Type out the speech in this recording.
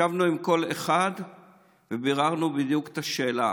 ישבנו עם כל אחד וביררנו בדיוק את השאלה,